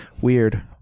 Weird